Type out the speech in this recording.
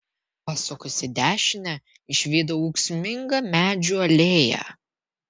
pasukus į dešinę išvydau ūksmingą medžių alėją